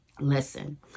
Listen